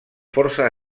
força